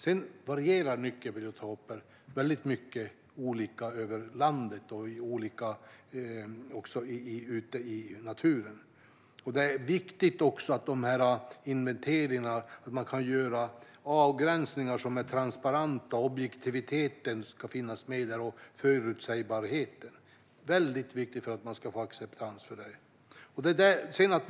Sedan varierar nyckelbiotoperna mycket över landet, och de är olika ute i naturen. Det är viktigt att man i inventeringarna gör avgränsningar som är transparenta. Objektiviteten och förutsägbarheten ska finnas med. Det är väldigt viktigt för att man ska få acceptans för detta.